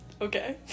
Okay